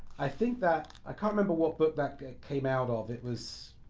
i think that i can't remember what book that came out of. it was,